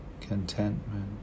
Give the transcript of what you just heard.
contentment